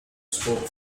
spoke